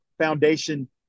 foundation